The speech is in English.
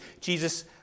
Jesus